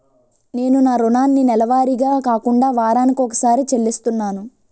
నేను నా రుణాన్ని నెలవారీగా కాకుండా వారాని కొక్కసారి చెల్లిస్తున్నాను